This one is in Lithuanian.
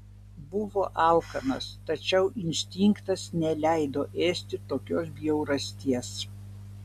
buvo alkanas tačiau instinktas neleido ėsti tokios bjaurasties